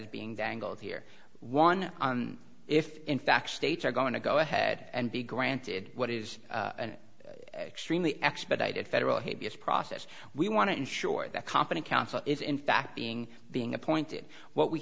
is being dangled here one if in fact states are going to go ahead and be granted what is an extremely expedited federal hate us process we want to ensure that competent counsel is in fact being being appointed what we